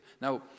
Now